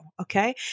Okay